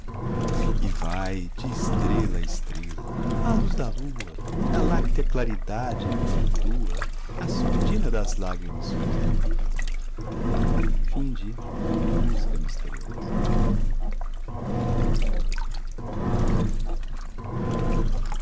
vai de estrela a estrela a luz da lua na láctea claridade que flutua a surdina das lágrimas subindo a